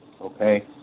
Okay